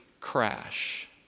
crash